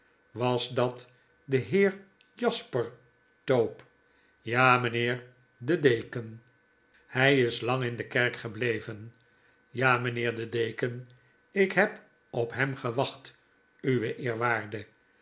was dat de heer jasper tope ja mijnheer de deken hj is lang in de kerk gebleven w ja mijnheer de deken ik heb op hem gewacht uw eerwaarde